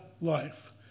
life